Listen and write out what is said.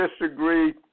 disagree